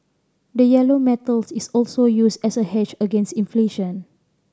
the yellow metals is also used as a hedge against inflation